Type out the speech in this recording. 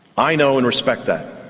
i know and respect that.